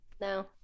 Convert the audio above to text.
no